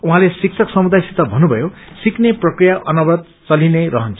उहाँले शिक्षक समुदायसित भन्नुभयो सिक्ने प्रक्रिया अनवरत चलिनै रहन्छ